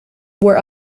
were